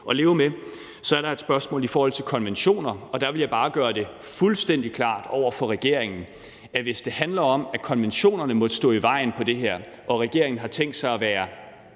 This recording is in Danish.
at leve med det. Så er der et spørgsmål i forhold til konventioner, og der vil jeg bare gøre det fuldstændig klart over for regeringen, at hvis det handler om, at konventionerne måtte stå i vejen for det her og regeringen har tænkt sig i det